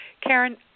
Karen